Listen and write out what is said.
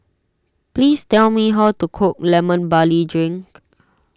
please tell me how to cook Lemon Barley Drink